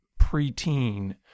preteen